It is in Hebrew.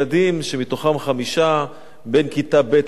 שמתוכם חמישה בין כיתה ב' לכיתה ח',